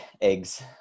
eggs